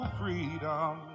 freedom